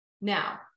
Now